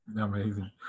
Amazing